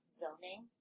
zoning